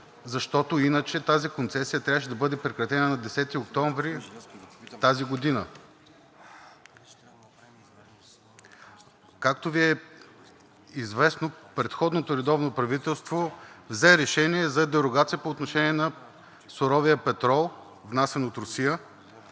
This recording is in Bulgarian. защото иначе тази концесия трябваше да бъде прекратена на 10 октомври тази година. Както Ви е известно, предходното редовно правителство взе решение за дерогация по отношение на суровия петрол, внасян от Русия,